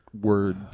word